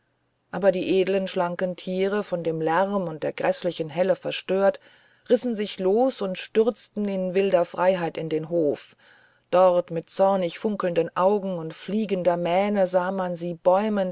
aber die edlen schlanken tiere von dem lärm und der gräßlichen helle verstört rissen sich los und stürzten in wilder freiheit in den hof dort mit zornig funkelnden augen und fliegender mähne sah man sie